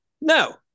No